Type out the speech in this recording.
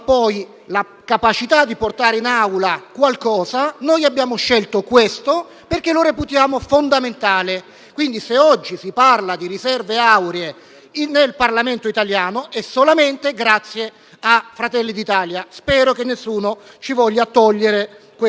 la facoltà di portare in Assemblea qualche tema e noi abbiamo scelto questo, perché lo reputiamo fondamentale. Quindi, se oggi si parla di riserve auree nel Parlamento italiano, è solamente grazie a Fratelli d'Italia e spero che nessuno ci voglia togliere questa